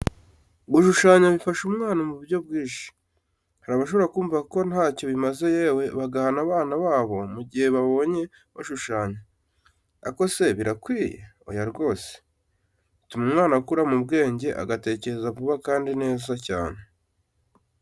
Gushushanya bifasha umwana mu buryo bwinshi. Hari abashobora kumva ko ntacyo bimaze yewe bagahana abana babo mu gihe bababonye bashushanya, ariko se birakwiye? Oya rwose! Bituma umwana akura mu bwenge, agatekereza vuba kandi neza cyane.